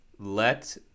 Let